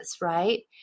right